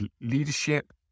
leadership